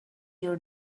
your